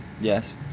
Yes